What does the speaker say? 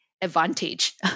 advantage